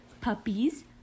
puppies